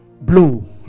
blue